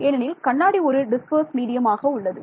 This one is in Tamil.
ஏனெனில் கண்ணாடி ஒரு டிஸ்பர்ஸ் மீடியம் ஆக உள்ளது